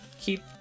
keep